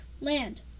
land